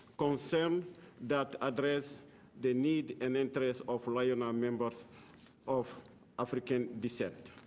concerned that address the need and interests of like and um members of african descent.